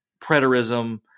preterism